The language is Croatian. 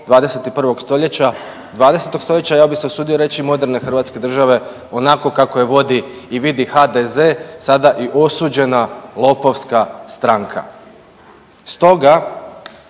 21. stoljeća, 20. stoljeća ja bih se usudio reći moderne Hrvatske države onako kako je vodi i vidi HDZ sada i osuđena lopovska stranka. Stoga